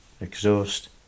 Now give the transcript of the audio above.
exhaust